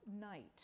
night